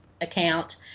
account